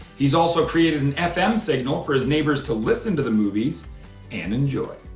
he's also created an fm signal for his neighbors to listen to the movies and enjoy.